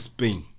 Spain